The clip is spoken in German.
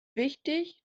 wichtig